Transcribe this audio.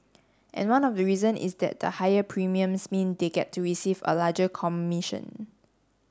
and one of the reason is that the higher premiums mean they get to receive a larger commission